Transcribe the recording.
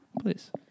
Please